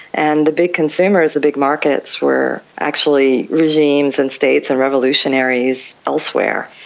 and the big consumers, the big markets were actually regimes and states and revolutionaries elsewhere.